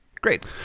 great